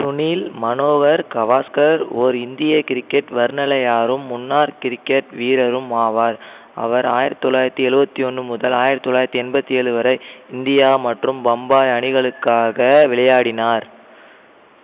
சுனில் மனோகர் கவாஸ்கர் ஓர் இந்திய கிரிக்கெட் வர்ணலையாரும் முன்னாள் கிரிக்கெட் வீரரும் ஆவார் அவர் ஆயிரத்து தொள்ளாயிரத்து எழுபத்தி ஒன்று முதல் ஆயிரத்து தொள்ளாயிரத்து எண்பத்து ஏழு வரை இந்தியா மற்றும் பம்பாய் அணிகளுக்காக விளையாடினார்